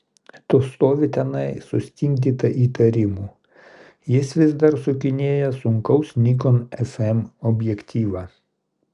tu stovi tenai sustingdyta įtarimų jis vis dar sukinėja sunkaus nikon fm objektyvą